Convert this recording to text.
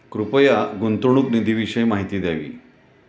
कृपया गुंतवणूक निधीविषयी माहिती द्यावी